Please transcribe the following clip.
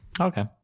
Okay